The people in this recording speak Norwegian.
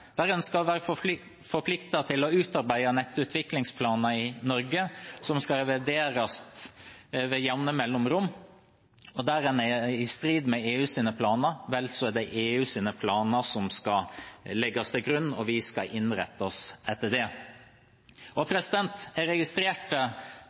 til å utarbeide nettutviklingsplaner i Norge som skal revideres med jevne mellomrom, og der en er i strid med EUs planer, er det EUs planer som skal legges til grunn, og vi skal innrette oss etter det.